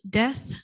death